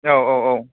औ औ औ